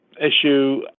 issue